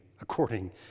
according